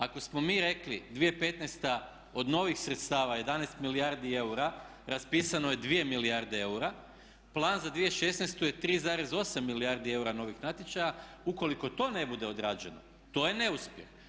Ako smo mi rekli 2015. od novih sredstava 11 milijardi eura raspisano je 2 milijarde eura, plan za 2016. je 3,8 milijardi eura novih natječaja, ukoliko to ne bude odrađeno to je neuspjeh.